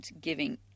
giving